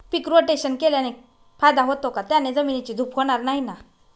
पीक rotation केल्याने फायदा होतो का? त्याने जमिनीची धूप होणार नाही ना?